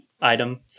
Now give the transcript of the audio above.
item